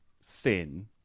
Sin